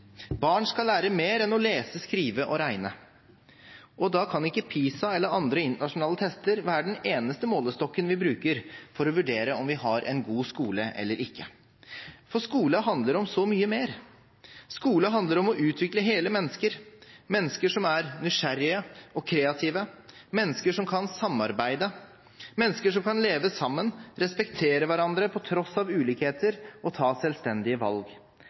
Barn skal lære mer enn å lese, skrive og regne. Da kan ikke PISA-tester eller andre internasjonale tester være den eneste målestokken vi bruker for å vurdere om vi har en god skole eller ikke, for skole handler om så mye mer. Skole handler om å utvikle hele mennesket – mennesker som er nysgjerrige og kreative, mennesker som kan samarbeide, mennesker som kan leve sammen, respektere hverandre på tross av ulikheter, og som tar selvstendige valg,